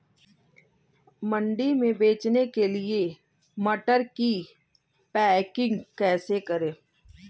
मंडी में बेचने के लिए मटर की पैकेजिंग कैसे करें?